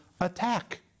attack